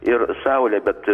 ir saulę bet